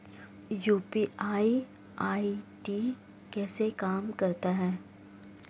UPI ID कैसे काम करता है?